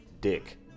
Dick